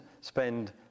spend